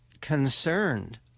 concerned